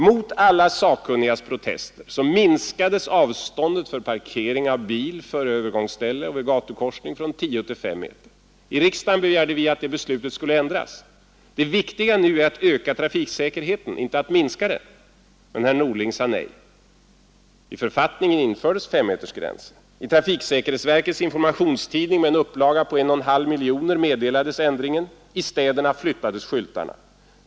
Mot alla sakkunnigas protester minskades avståndet för parkering av bil före övergångsställe och vid gatukorsning från tio till fem meter. I riksdagen begärde vi att beslutet skulle ändras. Det viktiga nu är att öka trafiksäkerheten inte att minska den. Men herr Norling sade nej. I författningen infördes femmetersgränsen. I trafiksäkerhetsverkets informationstidning — upplaga 1,5 miljoner — meddelades ändringen och i städerna flyttades skyltarna.